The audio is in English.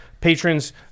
patrons